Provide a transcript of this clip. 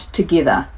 together